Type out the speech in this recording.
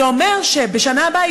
זה אומר שבשנה הבאה,